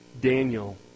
Daniel